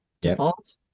default